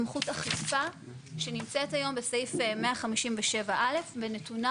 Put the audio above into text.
סמכות אכיפה שנמצאת היום בסעיף 157(א) ונתונה